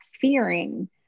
fearing